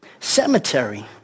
Cemetery